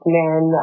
men